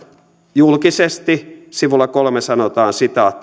julkisesti sivulla kolmeen sanotaan